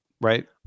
right